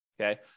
Okay